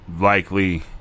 likely